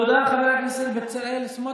תודה, חבר הכנסת בצלאל סמוטריץ.